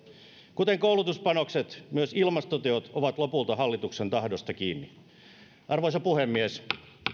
kuten koulutuspanokset myös ilmastoteot ovat lopulta hallituksen tahdosta kiinni arvoisa puhemies